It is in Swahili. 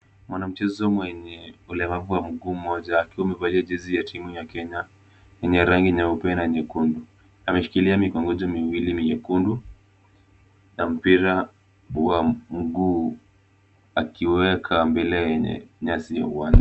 Mwanamchezo mwenye ulemavu wa mguu mmoja akiwa amevalia jezi ya timu ya Kenya yenye rangi nyeupe na nyekundu ameshikilia mikongojo miwili miekundu na mpira wa mguu akiweka mbele yenye nyasi ya uwanja.